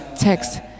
text